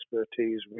expertise